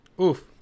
Oof